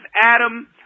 Adam